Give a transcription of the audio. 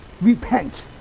Repent